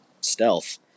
stealth